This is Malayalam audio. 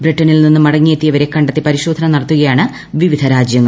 ബ്രിട്ടനിൽ നിന്നും മടങ്ങിയെത്തിയവരെ കണ്ടെത്തി പരിശോധന നടത്തുകയാണ് വിവിധ രാജ്യങ്ങൾ